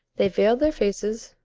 they veiled their faces,